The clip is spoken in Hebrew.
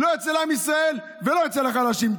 לא אצל עם ישראל ולא אצל החלשים.